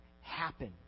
happen